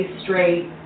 straight